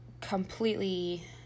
completely